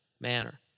manner